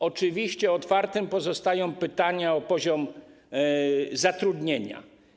Oczywiście otwarte pozostają pytania o poziom zatrudnienia.